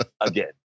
again